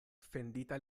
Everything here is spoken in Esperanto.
fendita